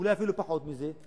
אולי אפילו פחות מזה.